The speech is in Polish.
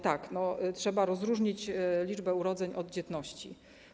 Tak, trzeba odróżnić liczbę urodzeń od dzietności.